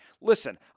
listen